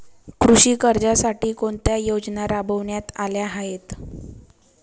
कृषी कर्जासाठी कोणत्या योजना राबविण्यात आल्या आहेत?